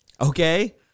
Okay